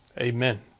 Amen